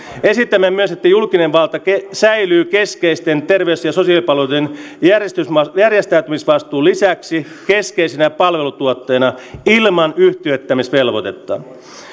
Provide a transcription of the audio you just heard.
esitämme myös että julkinen valta säilyy keskeisten terveys ja sosiaalipalveluiden järjestämisvastuun järjestämisvastuun lisäksi keskeisenä palvelutuottajana ilman yhtiöittämisvelvoitetta